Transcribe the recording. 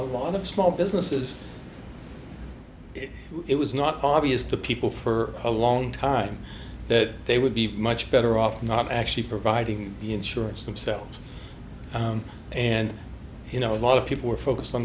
a lot of small businesses it was not bob used to people for a long time the they would be much better off not actually providing the insurance themselves and you know a lot of people are focused on